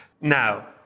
Now